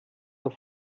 auf